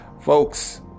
folks